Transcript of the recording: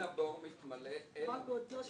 אין הבור מתמלא אלא מחולייתו.